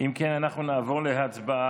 אם כן, אנחנו נעבור להצבעה.